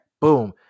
boom